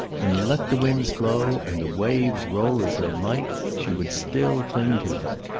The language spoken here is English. and let the winds blow and the waves roll as they might she would still cling to them.